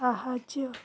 ସାହାଯ୍ୟ